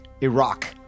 Iraq